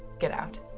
get out.